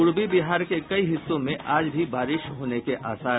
पूर्वी बिहार के कुछ हिस्सों में आज भी बारिश के आसार